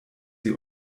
sie